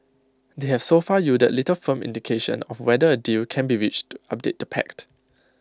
they have so far yielded little firm indication of whether A deal can be reached to update the pact